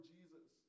Jesus